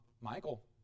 Michael